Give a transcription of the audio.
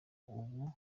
ubu